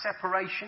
separation